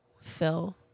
Phil